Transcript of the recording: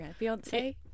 beyonce